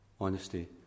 Honesty